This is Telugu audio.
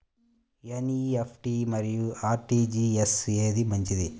ఎన్.ఈ.ఎఫ్.టీ మరియు అర్.టీ.జీ.ఎస్ ఏది మంచిది?